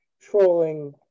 trolling